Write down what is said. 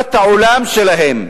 לתפיסת העולם שלהם?